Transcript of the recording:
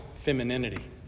femininity